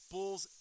Bulls